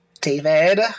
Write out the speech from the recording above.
David